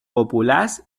populars